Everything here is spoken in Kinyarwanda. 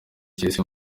cy’isi